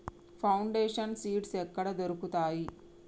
Foundation seeds ఎక్కడ దొరుకుతాయి?